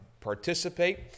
participate